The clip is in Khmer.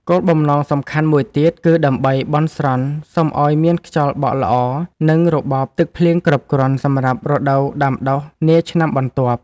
គោលបំណងសំខាន់មួយទៀតគឺដើម្បីបន់ស្រន់សុំឱ្យមានខ្យល់បក់ល្អ និងរបបទឹកភ្លៀងគ្រប់គ្រាន់សម្រាប់រដូវដាំដុះនាឆ្នាំបន្ទាប់។